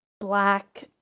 black